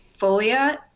folia